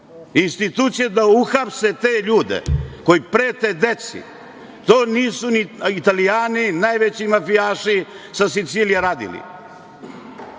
Institucije da uhapse te ljude koji prete deci. To nisu ni Italijani, najveći mafijaši sa Sicilije radili.